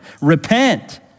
Repent